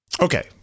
Okay